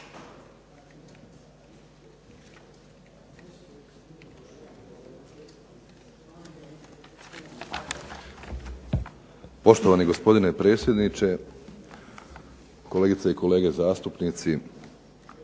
Poštovani gospodine predsjedniče, kolegice i kolege zastupnici,